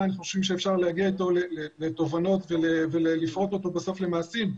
חושבים שאפשר להגיע איתו לתובנות ולפרוט אותו למעשים בסוף,